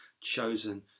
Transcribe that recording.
chosen